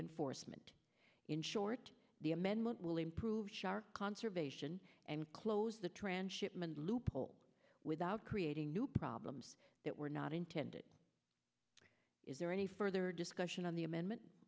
enforcement in short the amendment will improve shark conservation and close the transshipment loophole without creating new problems that were not intended is there any further discussion on the amendment